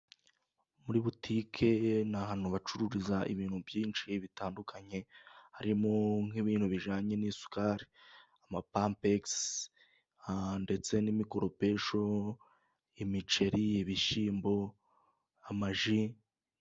Muri botike ni ahantu hacururiza ibintu byinshi bitandukanye, harimo nk'ibintu bijyanye n'isukari, amapampegisi ndetse n'imikoropesho, imiceri, ibishyimbo, amaji.